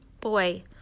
Boy